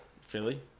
Philly